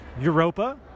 Europa